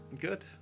Good